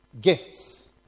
Gifts